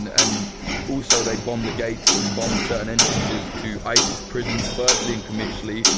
and and also they've bombed the gates and bombed certain entrances to isis prisons. firstly in qamishli,